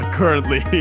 currently